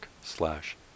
slash